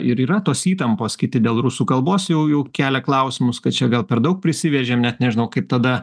ir yra tos įtampos kiti dėl rusų kalbos jau kelia klausimus kad čia gal per daug prisivežėm net nežinau kaip tada